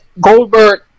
Goldberg